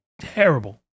terrible